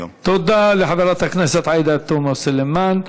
תודה לחברת הכנסת עאידה תומא סלימאן.